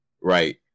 right